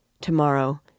Tomorrow